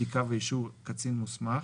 בדיקה ואישור קצין מוסמך,